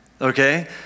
Okay